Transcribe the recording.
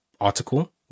article